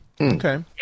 Okay